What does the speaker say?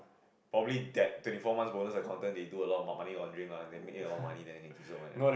probably that twenty four months bonus accountant they do a lot for money laundering lah they make alot of money then can give so much